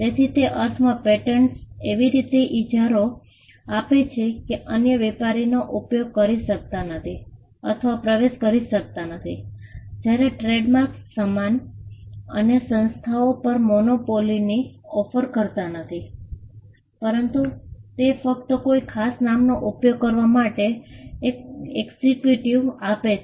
તેથી તે અર્થમાં પેટન્ટ્સ એવી રીતે ઇજારો આપે છે કે અન્ય વેપારનો ઉપયોગ કરી શકતા નથી અથવા પ્રવેશ કરી શકતા નથી જ્યારે ટ્રેડમાર્ક સામાન અથવા સેવાઓ પર મોનોપોલીની ઓફર કરતા નથી પરંતુ તે ફક્ત કોઈ ખાસ નામનો ઉપયોગ કરવા માટે એક એક્સક્લુઝિવિટી આપે છે